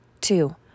Two